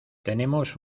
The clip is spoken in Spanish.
tenemos